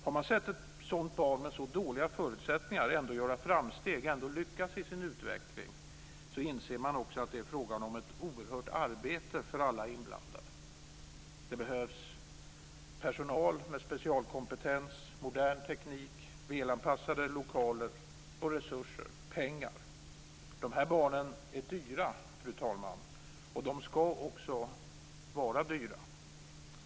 Har man sett ett sådant barn med så dåliga förutsättningar ändå göra framsteg och lyckas i sin utveckling, inser man också att det är fråga om ett oerhört arbete för alla inblandade. Det behövs personal med specialkompetens, modern teknik, välanpassade lokaler och resurser - pengar. Dessa barn är dyra, fru talman, och de ska också vara dyra.